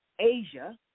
Asia